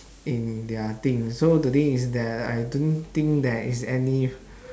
in their thing so the thing is that I don't think there is any